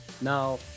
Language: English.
Now